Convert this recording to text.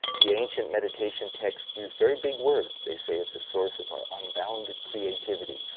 the ancient meditation texts used very big words. they say it's a source of our unbounded creativity,